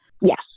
Yes